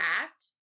act